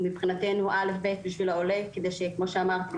מבחינתנו הוא הא'-ב' לעולה כפי שאמרתי,